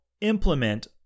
implement